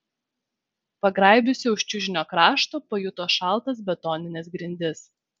pagraibiusi už čiužinio krašto pajuto šaltas betonines grindis